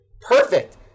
perfect